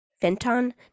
Fenton